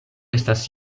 estas